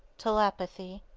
telepathy.